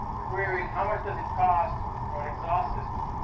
the query is, how much does it cost for an exhaust system?